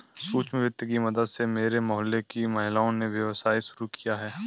सूक्ष्म वित्त की मदद से मेरे मोहल्ले की महिलाओं ने व्यवसाय शुरू किया है